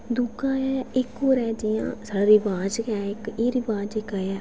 दूआ ऐ इक होर ऐ जियां साढ़ै रवाज गै ऐ एह् इक रवाज इक आया ऐ